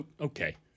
Okay